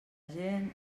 gent